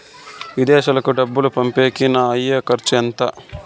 విదేశాలకు డబ్బులు పంపేకి నాకు అయ్యే ఖర్చు ఎంత?